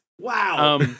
Wow